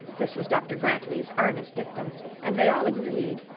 this was dr grantly's earliest dictum and they all agreed,